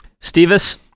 Stevis